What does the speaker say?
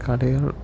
കളികൾ